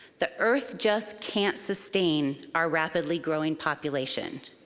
the earth just can't sustain our rapidly-growing population.